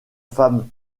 femme